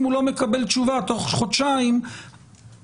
אם הוא לא מקבל תשובה תוך חודשיים חזקה